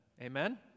Amen